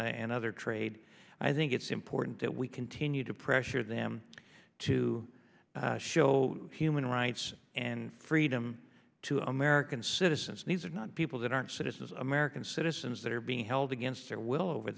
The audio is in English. and other trade i think it's important that we continue to pressure them to show human rights and freedom to american citizens needs are not people that aren't citizens american citizens that are being held against their will over